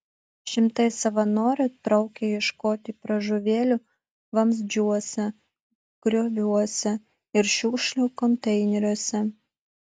šimtai savanorių traukė ieškoti pražuvėlių vamzdžiuose grioviuose ir šiukšlių konteineriuose